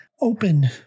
open